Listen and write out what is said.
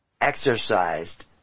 exercised